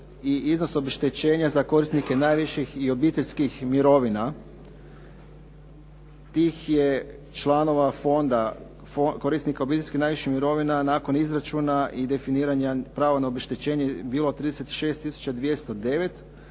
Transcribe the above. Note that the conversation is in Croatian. i iznos obeštećenja za korisnike najviših i obiteljskih mirovina. Tih je članova fonda, korisnika obiteljskih najviših mirovina nakon izračuna i definiranja, pravo na obeštećenje bilo 36